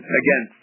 again